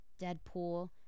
Deadpool